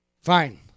Fine